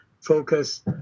focus